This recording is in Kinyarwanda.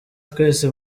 twese